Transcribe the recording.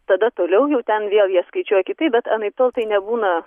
tada toliau jau ten vėl jie skaičiuoja kitaip bet anaiptol tai nebūna